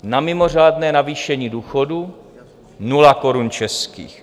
Na mimořádné navýšení důchodů nula korun českých.